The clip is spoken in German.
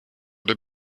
der